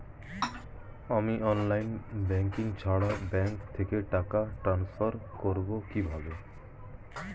আমি online banking ছাড়া bank থেকে টাকা ট্রান্সফার করবো কিভাবে?